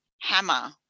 hammer